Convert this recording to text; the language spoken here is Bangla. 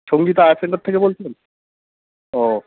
সঙ্গীতা আয়া সেন্টার থেকে বলছেন ও